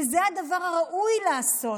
וזה הדבר הראוי לעשות.